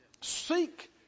Seek